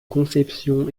conception